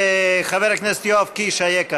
אדוני, נגד.